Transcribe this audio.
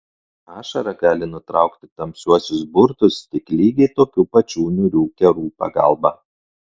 ašara gali nutraukti tamsiuosius burtus tik lygiai tokių pačių niūrių kerų pagalba